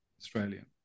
Australia